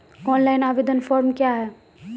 Online आवेदन form क्या हैं?